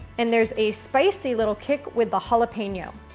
and there is a spicy little kick with the jalapeno.